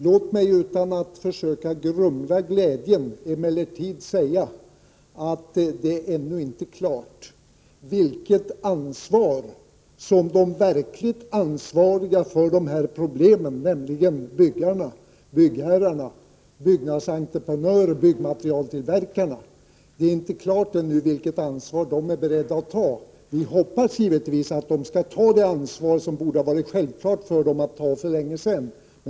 Låt mig emellertid utan att försöka grumla glädjen säga att det ännu inte är klart vilket ansvar som de verkligt ansvariga för de här problemens skall ha, nämligen byggherrarna, byggnadsentrepenörerna och byggmaterialtillverkarna. Vi hoppas givetvis att de skall ta det ansvar som det borde ha varit självklart för dem att ta för länge sedan.